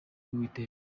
y’uwiteka